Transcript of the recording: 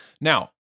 Now